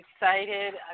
excited